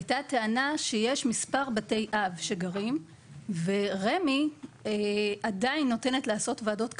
הייתה טענה שיש מספר בתי אב שגרים ורמ"י עדיין נותנת לעשות ועדות קבלה,